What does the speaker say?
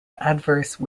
adverse